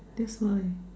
that's why